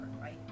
right